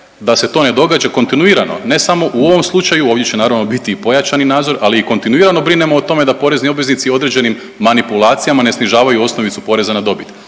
da se to ne događa kontinuirano, ne samo u ovom slučaju, ovdje će naravno biti i pojačani nadzor, ali i kontinuirano brinemo o tome da porezni obveznici određenim manipulacijama ne snižavaju osnovicu poreza na dobit.